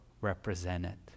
represented